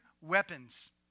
weapons